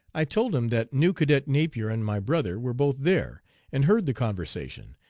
i told him that new cadet napier and my brother were both there and heard the conversation,